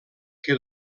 que